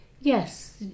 yes